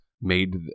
made